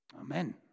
Amen